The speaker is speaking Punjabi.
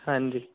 ਹਾਂਜੀ